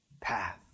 Path